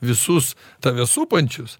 visus tave supančius